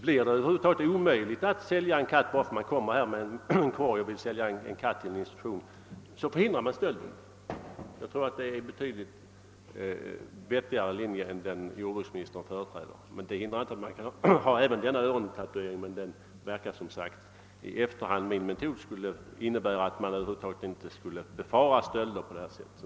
Blir det omöjligt att sälja en katt till en institution förhindras ju stölden. Jag tror att det är en betydligt vettigare linje än den som jordbruksministern företräder. Det hindrar inte att vi kan ha också denna örontatuering, men den verkar som sagt först i efterhand. Min metod skulle innebära att vi inte alls behövde befara några stölder.